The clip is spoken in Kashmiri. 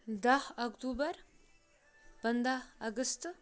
دَہ اکتوٗبر پنٛداہ اَگست